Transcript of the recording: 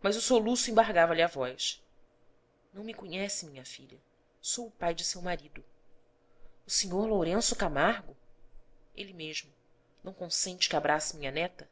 mas o soluço embargava lhe a voz não me conhece minha filha sou o pai de seu marido o sr lourenço camargo ele mesmo não consente que abrace minha neta